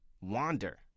wander